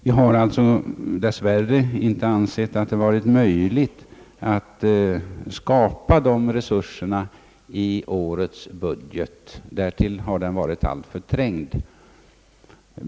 Vi har dess värre inte ansett att det varit möjligt att skapa ifrågavarande resurser i årets budget. Därtill har den varit alltför hårt trängd.